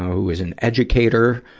who is an educator,